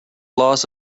loss